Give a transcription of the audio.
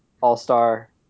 all-star